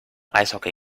eishockey